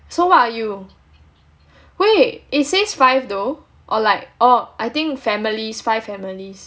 so what are you wait it says five though or like oh I think families five families